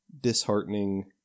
disheartening